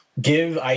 give